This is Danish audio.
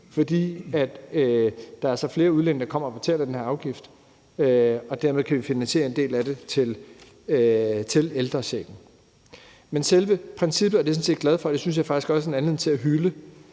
for der er altså flere udlændinge, der kommer og betaler den her afgift, og dermed kan vi finansiere en del af det til ældrechecken. Men selve princippet, og det er jeg sådan set glad for, og som jeg også synes der er anledning til at hylde,